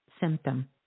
symptom